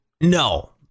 no